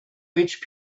which